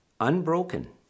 unbroken